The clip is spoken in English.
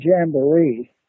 Jamboree